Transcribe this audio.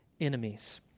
enemies